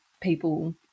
people